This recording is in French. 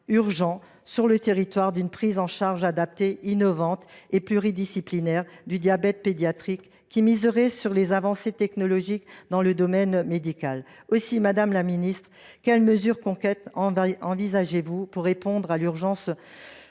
le besoin urgent d’une prise en charge locale adaptée, innovante et pluridisciplinaire du diabète pédiatrique, qui miserait sur les avancées technologiques dans le domaine médical. Aussi, madame la ministre, quelles mesures concrètes envisagez vous pour répondre à l’urgence